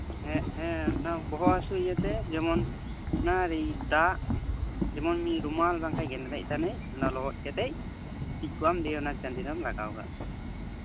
ᱦᱮᱸ ᱦᱮᱸ ᱵᱚᱦᱚᱜ ᱦᱟᱥᱩ ᱤᱭᱟᱹᱛᱮ ᱡᱮᱢᱚᱱ ᱚᱱᱟ ᱫᱟᱜ ᱡᱮᱢᱚᱱ ᱨᱩᱢᱟᱞ ᱵᱟᱠᱷᱟᱱ ᱜᱮᱫᱽᱨᱮᱡ ᱛᱟᱹᱱᱤᱡ ᱚᱱᱟ ᱞᱚᱦᱚᱫ ᱠᱟᱛᱮᱜ ᱜᱤᱛᱤᱡ ᱠᱚᱜ ᱟᱢ ᱫᱤᱭᱮ ᱚᱱᱟ ᱪᱟᱸᱫᱤ ᱨᱮᱢ ᱞᱟᱜᱟᱣ ᱠᱟᱜᱼᱟ